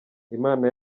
imana